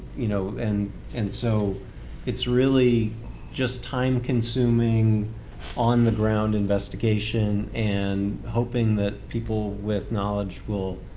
you know and and so it's really just time consuming on-the-ground investigation and hoping that people with knowledge will